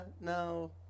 no